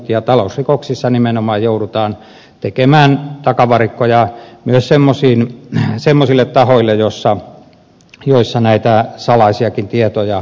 ja talousrikoksissa nimenomaan joudutaan tekemään takavarikkoja myös semmoisilla tahoilla joissa näitä salaisiakin tietoja on